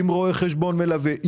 רואה חשבון מלווה.